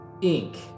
Inc